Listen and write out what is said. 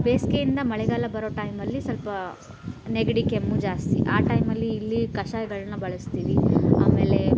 ಬೇಸಿಗೆಯಿಂದ ಮಳೆಗಾಲ ಬರೋ ಟೈಮಲ್ಲಿ ಸ್ವಲ್ಪ ನೆಗಡಿ ಕೆಮ್ಮು ಜಾಸ್ತಿ ಆ ಟೈಮಲ್ಲಿ ಇಲ್ಲಿ ಕಷಾಯಗಳನ್ನ ಬಳಸ್ತೀವಿ ಆಮೇಲೆ